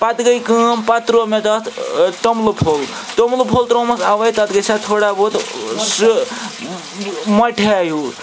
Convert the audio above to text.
پَتہٕ گٔے کٲم پَتہٕ ترٛوو مےٚ تَتھ توٚملہٕ پھوٚل توٚملہٕ پھوٚل ترٛوومکھ اَوَے تَتھ گژھِ ہا تھوڑا بہت سُہ مۄٹہِ ہے ہیٛوٗ